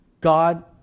God